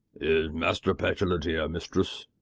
is master petulant here, mistress?